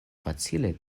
facile